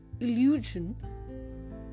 illusion